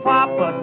Papa